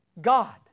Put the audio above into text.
God